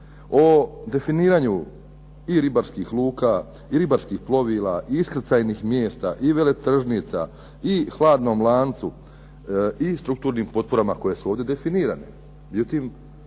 o definiranju i ribarskih luka i ribarskih plovila i iskrcajnih mjesta i veletržnica i hladnom lancu i strukturnim potporama koje su ovdje definirane. Međutim,